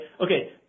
Okay